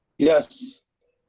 yes.